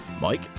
Mike